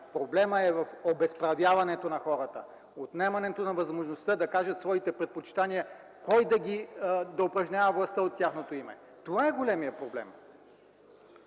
Проблемът е в обезправяването на хората, в отнемането на възможността им да кажат своите предпочитания кой да упражнява властта от тяхно име – това е големият проблем.